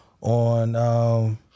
on